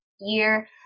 year